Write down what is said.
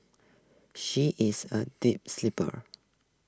she is A deep sleeper